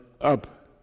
up